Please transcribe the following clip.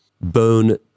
bone